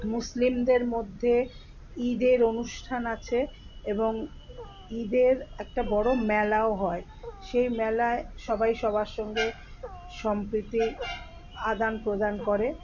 মুসলিমদের মধ্যে ঈদের অনুষ্ঠান আছে এবং ঈদের একটা বড় মেলাও হয় সেই মেলায় সবাই সবার সঙ্গে সম্প্রীতি আদান প্রদান করে